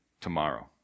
tomorrow